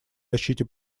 защите